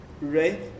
right